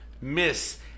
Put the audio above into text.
Miss